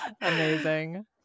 Amazing